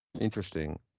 Interesting